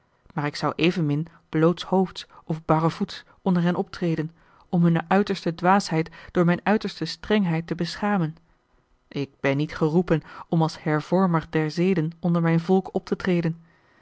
maar ik zou evenmin blootshoofds of barrevoets onder hen optreden om hunne uiterste dwaasheid door mijne uiterste strengheid te beschamen ik ben niet geroepen om als hervormer der zeden onder mijn volk op te treden